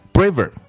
Braver